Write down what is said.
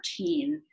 14